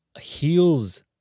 heals